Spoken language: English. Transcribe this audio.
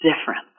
different